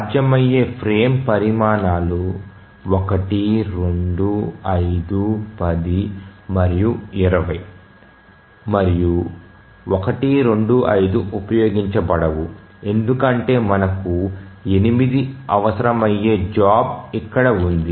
సాధ్యమయ్యే ఫ్రేమ్ పరిమాణాలు 1 2 5 10 మరియు 20 మరియు 1 2 5 ఉపయోగించబడవు ఎందుకంటే మనకు 8 అవసరమయ్యే జాబ్ ఇక్కడ ఉంది